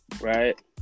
right